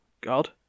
God